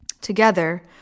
Together